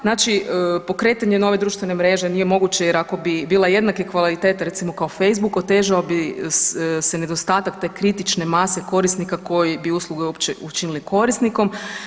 Znači pokretanje nove društvene mreže nije moguće jer bi ako bi bila jednake kvalitete recimo kao Facebook otežao bi se nedostatak te kritične mase korisnika koji bi uslugu uopće učinili korisnikom.